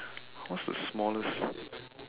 what's the smallest